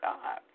God